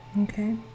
Okay